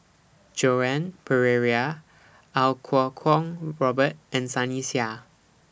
Joan Pereira Iau Kuo Kwong Robert and Sunny Sia